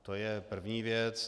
To je první věc.